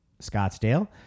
Scottsdale